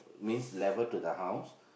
means level to the house